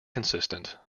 consistent